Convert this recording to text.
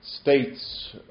states